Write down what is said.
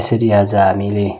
यसरी आज हामीले